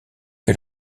que